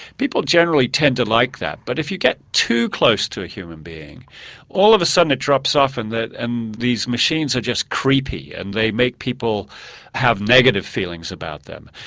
people generally tend to like that, but if you get too close to a human being all of a sudden it drops off and and these machines are just creepy and they make people have negative feelings about them.